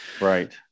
Right